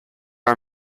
are